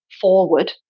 forward